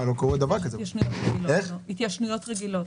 התיישנויות רגילות.